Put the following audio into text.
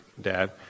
Dad